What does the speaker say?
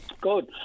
Good